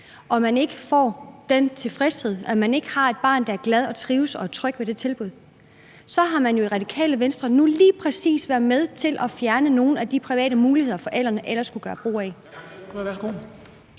hvor man ikke er tilfreds, fordi barnet ikke trives eller er glad og tryg i det tilbud, så har man jo nu i Radikale Venstre lige præcis været med til at fjerne nogle af de private muligheder, forældrene ellers kunne gøre brug af.